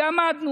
ועמדנו,